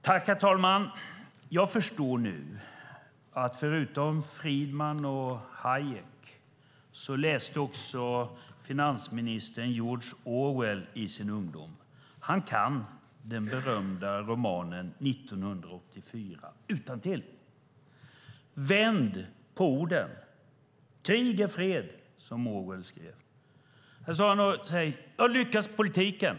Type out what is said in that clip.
Herr talman! Jag förstår nu att förutom Friedman och Hayek läste finansministern också George Orwell i sin ungdom. Han kan den berömda romanen 1984 utantill. Vänd på orden - krig är fred, som Orwell skrev. Eller säg: Jag har lyckats i politiken!